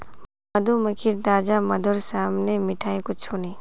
मधुमक्खीर ताजा मधुर साम न मिठाई कुछू नी